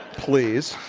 please